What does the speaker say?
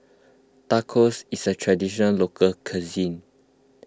Tacos is a Traditional Local Cuisine